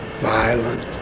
violent